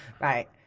right